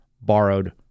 borrowed